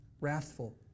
wrathful